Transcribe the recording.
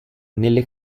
nelle